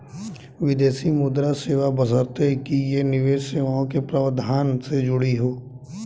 विदेशी मुद्रा सेवा बशर्ते कि ये निवेश सेवाओं के प्रावधान से जुड़ी हों